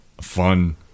fun